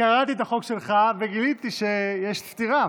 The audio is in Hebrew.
קראתי את החוק שלך, וגיליתי שיש סתירה,